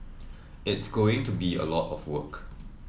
it's going to be a lot of work